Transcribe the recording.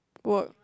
work